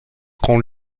quand